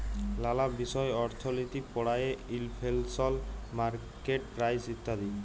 লালা বিষয় অর্থলিতি পড়ায়ে ইলফ্লেশল, মার্কেট প্রাইস ইত্যাদি